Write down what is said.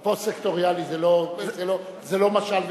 פה סקטוריאלי זה לא משל ושנינה,